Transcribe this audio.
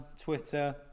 Twitter